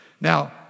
Now